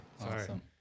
awesome